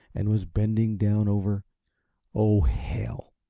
and was bending down over oh, hell!